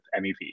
MEV